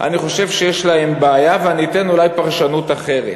יש להן בעיה, ואני אתן אולי פרשנות אחרת.